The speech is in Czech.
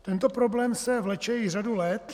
Tento problém se vleče již řadu let.